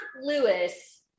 Lewis